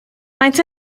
faint